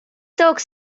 tooks